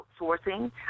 outsourcing